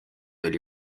oli